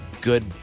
good